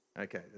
Okay